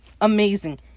amazing